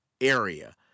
area